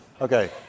okay